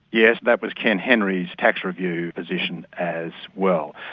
yes, that was ken henry's tax review position as well.